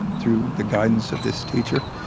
through the guidance of this teacher.